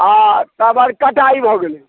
आ समर कटाइ भऽ गेलै